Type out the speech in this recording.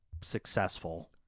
successful